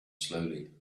slowly